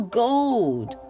gold